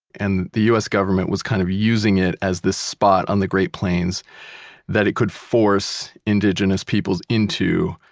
and the u s. government was kind of using it as this spot on the great plains that it could force indigenous peoples into,